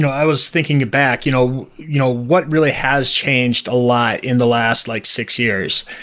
i was thinking back, you know you know what really has changed a lot in the last like six years?